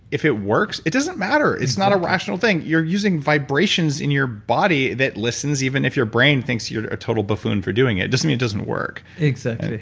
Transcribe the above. if it works, it doesn't matter. it's not a rational thing. you're using vibrations in your body that listens even if your brain thinks you're a total buffoon for doing it. it doesn't mean it doesn't work exactly.